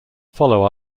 follow